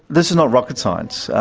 this is not rocket science.